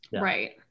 right